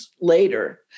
later